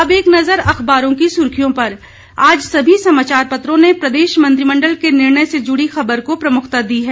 अब एक नजर अखबारों की सुर्खियों पर जन्म आज सभी समाचार पत्रों ने प्रदेश मंत्रिमण्डल के निर्णय से जुड़ी खबर को प्रमुखता दी है